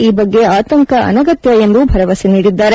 ಈ ಬಗ್ಗೆ ಆತಂಕ ಅನಗತ್ತ ಎಂದು ಭರವಸೆ ನೀಡಿದ್ದಾರೆ